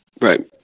Right